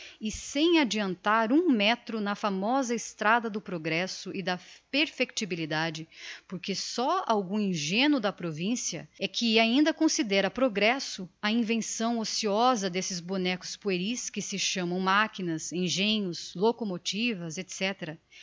e sem adiantar um metro na famosa estrada do progresso e da perfectibilidade porque só algum ingenuo de provincia é que ainda considera progresso a invenção ociosa d'esses bonecos pueris que se chamam machinas engenhos locomotivas etc e